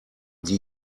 die